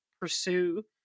pursue